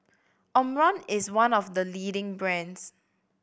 Omron is one of the leading brands